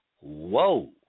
whoa